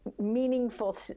meaningful